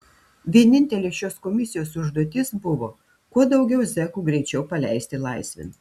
vienintelė šios komisijos užduotis buvo kuo daugiau zekų greičiau paleisti laisvėn